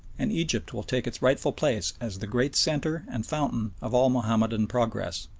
and egypt will take its rightful place as the great centre and fountain of all mahomedan progress.